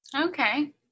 Okay